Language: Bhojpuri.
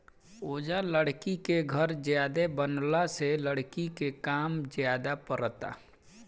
ओजा लकड़ी के घर ज्यादे बनला से लकड़ी के काम ज्यादे परता